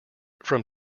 from